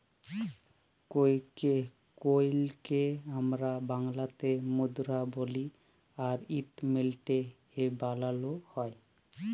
কইলকে আমরা বাংলাতে মুদরা বলি আর ইট মিলটে এ বালালো হয়